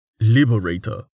Liberator